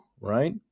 Right